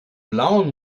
blauen